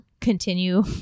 continue